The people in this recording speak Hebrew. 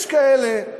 יש כאלה,